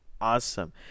awesome